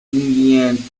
indian